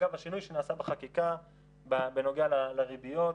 אגב, השינוי שנעשה בחקיקה בנוגע לריביות,